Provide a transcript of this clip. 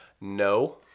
No